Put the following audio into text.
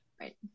right